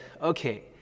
okay